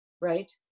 Right